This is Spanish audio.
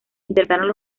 interpretaron